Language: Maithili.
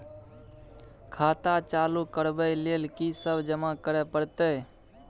खाता चालू करबै लेल की सब जमा करै परतै?